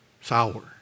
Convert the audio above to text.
sour